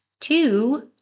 Two